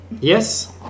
Yes